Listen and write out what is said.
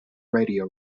radio